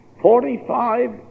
Forty-five